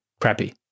Crappy